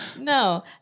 No